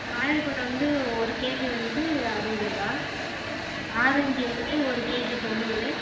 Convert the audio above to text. வாழைப்பழம் வந்து ஒரு கேஜி வந்து அறுபது ரூபாய் ஆரஞ்சு வந்து ஒரு கேஜி தொண்ணூறு